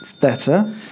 Better